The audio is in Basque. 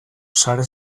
sare